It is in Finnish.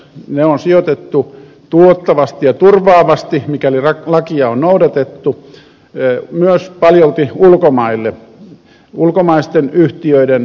ne on sijoitettu tuottavasti ja turvaavasti mikäli lakia on noudatettu myös paljolti ulkomaille ulkomaisten yhtiöiden osakkeisiin